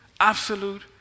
absolute